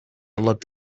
look